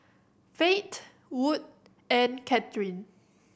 Fate Wood and Katherine